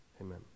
Amen